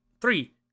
three